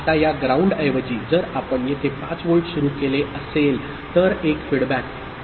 आता या ग्राउंड ऐवजी जर आपण येथे 5 व्होल्ट सुरू केले असेल तर एक फीडबॅक ठीक आहे